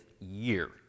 year